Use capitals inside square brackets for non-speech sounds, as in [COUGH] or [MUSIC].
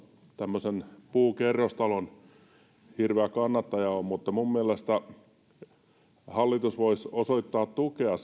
tämmöisen puukerrostalon hirveä kannattaja ole mutta minun mielestäni hallitus voisi osoittaa tukea [UNINTELLIGIBLE]